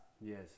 Yes